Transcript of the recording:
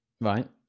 Right